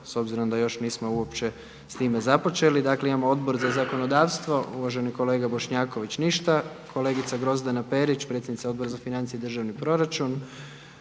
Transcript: s obzirom da još nismo uopće s time započeli. Dakle imamo Odbor za zakonodavstvo, uvaženi kolega Bošnjaković. Ništa. Kolegica Grozdana Perić, predsjednica Odbora za financije i državni proračun.